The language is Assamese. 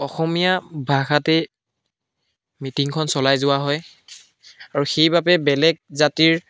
অসমীয়া ভাষাতেই মিটিঙখন চলাই যোৱা হয় আৰু সেইবাবে বেলেগ জাতিৰ